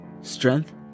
strength